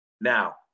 Now